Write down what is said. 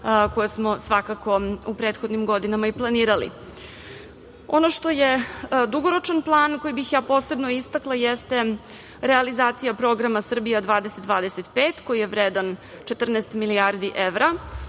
koje smo svakako u prethodnim godinama i planirali. Ono što je dugoročan plan, koji bih ja posebno istakla, jeste realizacija Programa „Srbija 2025“, koji je vredan 14 milijardi evra,